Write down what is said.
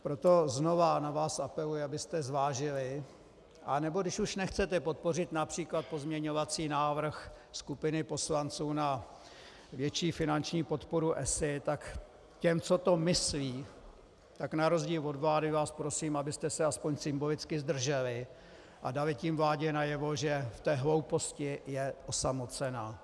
Proto znovu na vás apeluji, abyste zvážili, anebo když už nechcete podpořit například pozměňovací návrh skupiny poslanců na větší finanční podporu ESA, tak těm, co to myslí, tak na rozdíl od vlády vás prosím, abyste se aspoň symbolicky zdrželi a dali tím vládě najevo, že v té hlouposti je osamocena.